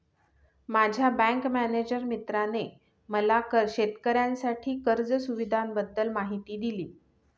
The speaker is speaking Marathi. माझ्या बँक मॅनेजर मित्राने मला शेतकऱ्यांसाठी कर्ज सुविधांबद्दल माहिती दिली